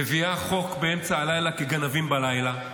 מביאה חוק באמצע הלילה כגנבים בלילה,